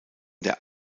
der